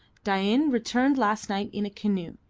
dain returned last night in a canoe.